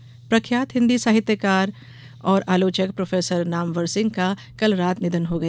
निधन प्रख्यात हिंदी साहित्यकार और आलोचक प्रोफेसर नामवर सिंह का कल रात निधन हो गया